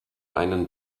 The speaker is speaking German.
einen